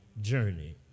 journey